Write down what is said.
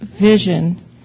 vision